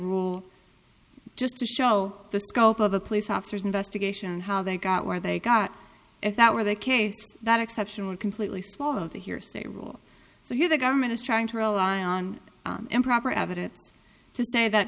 rule just to show the scope of the police officers investigation and how they got where they got if that were the case that exception would completely small of the hearsay rule so you the government is trying to rely on improper evidence to say that